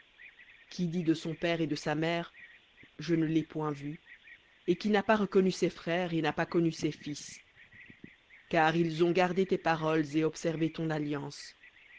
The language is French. qui dit de son père et de sa mère je ne l'ai point vu et qui n'a pas reconnu ses frères et n'a pas connu ses fils car ils ont gardé tes paroles et observé ton alliance